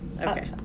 Okay